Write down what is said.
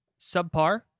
subpar